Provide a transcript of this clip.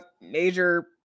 major